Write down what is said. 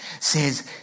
says